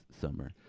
summer